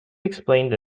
explained